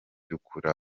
by’ukuri